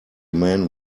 man